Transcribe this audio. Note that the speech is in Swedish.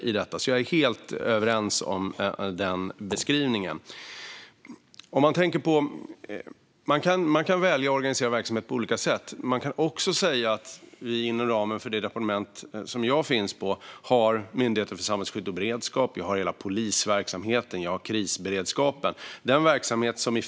Vi är helt överens om den beskrivningen. Man kan välja att organisera verksamhet på olika sätt. Inom ramen för det departement som jag finns på har vi Myndigheten för samhällsskydd och beredskap, hela polisverksamheten och krisberedskapen.